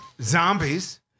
zombies